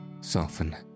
soften